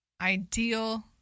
ideal